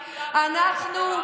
אנחנו,